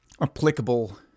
applicable